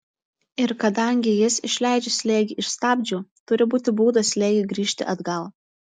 ir kadangi jis išleidžia slėgį iš stabdžių turi būti būdas slėgiui grįžti atgal